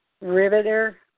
riveter